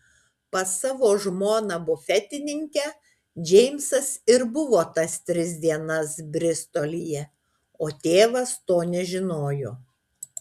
pas savo žmoną bufetininkę džeimsas ir buvo tas tris dienas bristolyje o tėvas to nežinojo